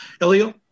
Elio